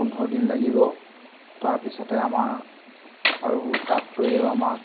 পোন্ধৰ দিন লাগিব তাৰপিছতে আমাৰ আৰু ডাক্তৰেও আমাক